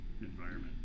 environment